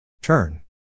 Turn